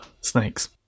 Snakes